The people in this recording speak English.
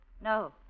No